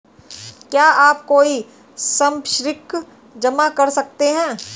क्या आप कोई संपार्श्विक जमा कर सकते हैं?